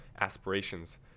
aspirations